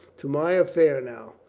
to my affair now.